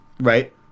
right